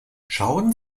schauen